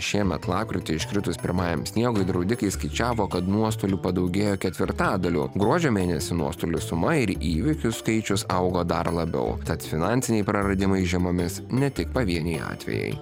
šiemet lapkritį iškritus pirmajam sniegui draudikai skaičiavo kad nuostolių padaugėjo ketvirtadaliu gruodžio mėnesį nuostolių suma ir įvykių skaičius augo dar labiau tad finansiniai praradimai žiemomis ne tik pavieniai atvejai